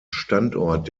standort